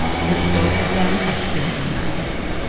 and both of them have tears in their eyes.